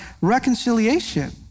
reconciliation